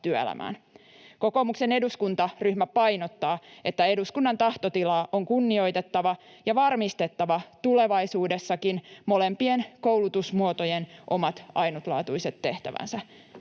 työelämään. Kokoomuksen eduskuntaryhmä painottaa, että eduskunnan tahtotilaa on kunnioitettava ja varmistettava tulevaisuudessakin molempien koulutusmuotojen omat ainutlaatuiset tehtävänsä.